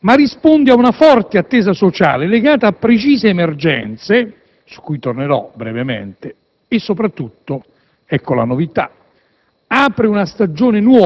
ma risponde a una forte attesa sociale legata a precise emergenze, su cui tornerò brevemente; soprattutto - ecco la novità